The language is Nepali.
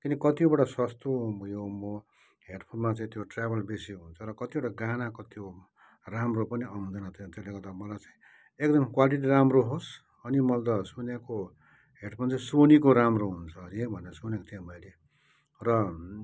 किनकि कतिवटा सस्तो उयो म हेडफोनमा चाहिँ त्यो ट्रेबल बेसी हुन्छ र कतिवटा गानाको त्यो राम्रो पनि आउँदैन त्यसले गर्दा मलाई चाहिँ एकदम क्वालिटी राम्रो होस् अनि मलाई त सुनेको हेडफोन चाहिँ सोनीको राम्रो हुन्छ अरे भनेको सुनेको थिएँ मैले र